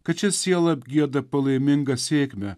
kad ši siela apgieda palaimingą sėkmę